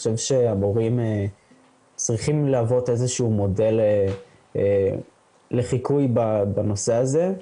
אני חושב שהמורים צריכים להוות איזה שהוא מודל לחיקוי בנושא הזה.